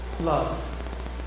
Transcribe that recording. love